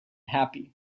happy